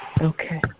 Okay